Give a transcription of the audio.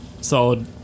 solid